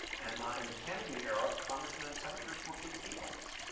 and in the kennedy era, congressmen and senators were big deals.